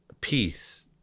peace